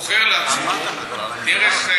בוחר לעצמו דרך,